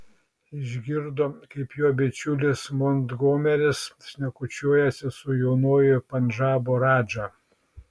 išgirdo kaip jo bičiulis montgomeris šnekučiuojasi su jaunuoju pandžabo radža